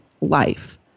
life